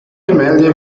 gemälde